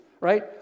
right